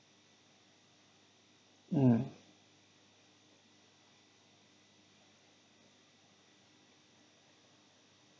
mm